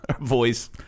voice